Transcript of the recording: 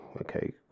okay